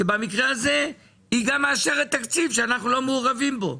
שבמקרה הזה היא גם מאשרת תקציב שאנחנו לא מעורבים בו.